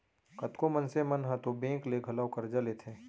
कतको मनसे मन ह तो बेंक ले घलौ करजा लेथें